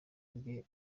rye